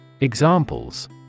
Examples